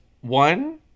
one